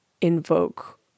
invoke